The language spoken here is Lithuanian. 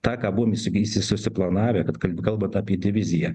tą ką buvom įsigysi susiplanavę kad kalbant apie diviziją